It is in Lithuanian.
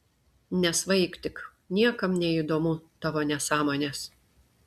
nesvaik tik niekam neįdomu tavo nesąmonės